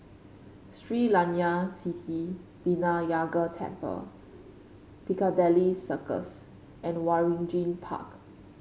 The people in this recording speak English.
Sri Layan Sithi Vinayagar Temple Piccadilly Circus and Waringin Park